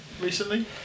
recently